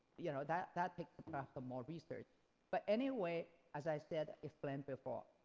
you know that that takes more research but anyway as i said, explained before,